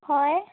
হয়